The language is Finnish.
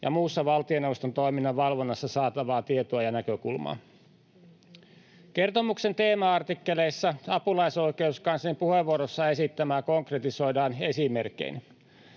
ja muussa valtioneuvoston toiminnan valvonnassa saatavaa tietoa ja näkökulmaa. Kertomuksen teema-artikkeleissa apulaisoikeuskanslerin puheenvuorossaan esittämää konkretisoidaan esimerkein.